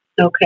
okay